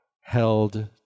held